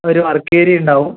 ഒരു work area ഉണ്ടാകും